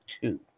two